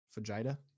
fajita